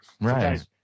Right